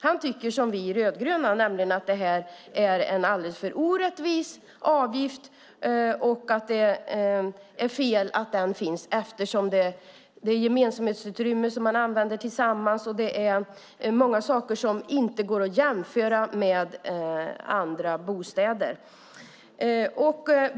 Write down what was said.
Han tycker som vi rödgröna, nämligen att det här är en alldeles för orättvis avgift och att det är fel att den finns. Det är fråga om gemensamhetsutrymmen som man använder tillsammans, och det är många saker som inte går att jämföra med andra bostäder.